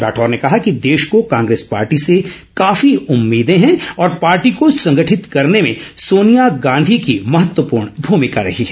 राठौर ने कहा कि देश को कांग्रेस पार्टी से काफी उम्मीदें हैं और पार्टी को संगठित करने में सोनिया गांधी की महत्वपूर्ण भूमिका रही है